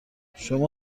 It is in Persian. شما